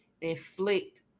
inflict